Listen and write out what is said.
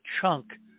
chunk